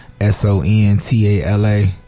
S-O-N-T-A-L-A